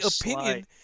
opinion